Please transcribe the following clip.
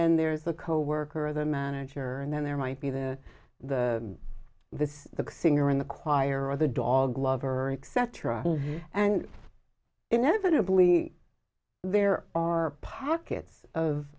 then there's the coworker the manager and then there might be the the vis the singer in the choir or the dog lover except try and inevitably there are pockets of